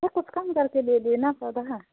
तो कुछ कम कर के दे देना पोधा ना